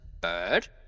bird